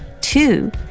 two